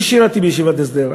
אני שירתי בישיבת הסדר,